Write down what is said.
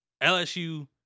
LSU –